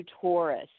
Taurus